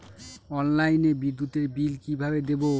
অনলাইনে বিদ্যুতের বিল কিভাবে দেব?